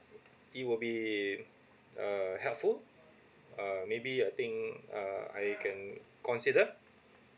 it will be uh helpful uh maybe I think err I can consider